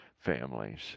families